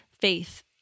faith